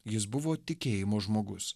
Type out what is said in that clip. jis buvo tikėjimo žmogus